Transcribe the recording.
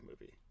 movie